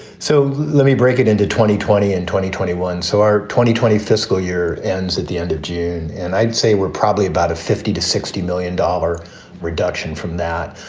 so let me break it into twenty, twenty and twenty, twenty one. so our twenty twenty fiscal year ends at the end of june and i'd say we're probably about a fifty to sixty million dollar reduction from that.